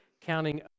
counting